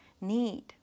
need